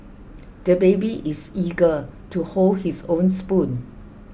the baby is eager to hold his own spoon